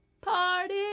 Party